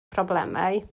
problemau